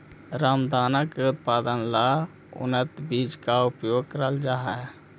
रामदाना के उत्पादन ला उन्नत बीज का प्रयोग करल जा हई